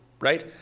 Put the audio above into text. Right